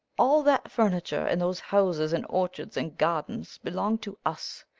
all that furniture and those houses and orchards and gardens belong to us.